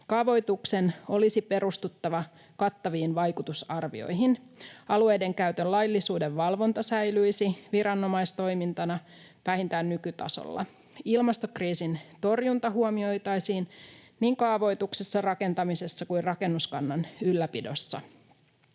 Kaavoituksen olisi perustuttava kattaviin vaikutusarvioihin. Alueidenkäytön laillisuuden valvonta säilyisi viranomaistoimintana vähintään nykytasolla. Ilmastokriisin torjunta huomioitaisiin niin kaavoituksessa, rakentamisessa kuin rakennuskannan ylläpidossa.